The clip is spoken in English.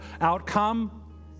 outcome